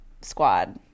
squad